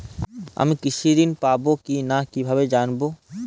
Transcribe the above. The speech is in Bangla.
আমি কৃষি ঋণ পাবো কি না কিভাবে জানবো?